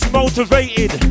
motivated